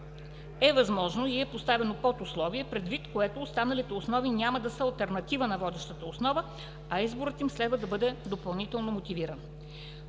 е възможно и е поставено под условие, предвид което останалите основи няма да са алтернатива на водещата основа, а изборът им следва да бъде допълнително мотивиран.